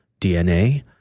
DNA